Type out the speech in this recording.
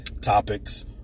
topics